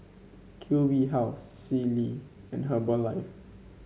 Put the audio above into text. Q B House Sealy and Herbalife